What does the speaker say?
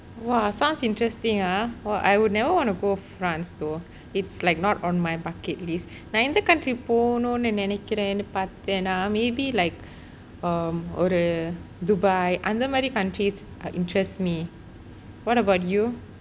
!wah! sounds interesting ah !wah! I would never want to go france though it's like not on my bucket list நான் எந்த:naan entha country போவணம்னு நினைக்கிறன்னு பார்த்தன்ன:pova namnu ninaikiraenu paarthaena maybe like um ஒரு:oru dubai அந்த மாதிரி:aantha maathiri countries interests me what about you